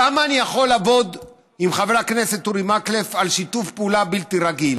למה אני יכול לעבוד עם חבר הכנסת אורי מקלב בשיתוף פעולה בלתי רגיל?